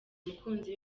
umukunzi